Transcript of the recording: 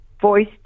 voice